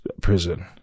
prison